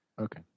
Okay